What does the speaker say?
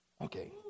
Okay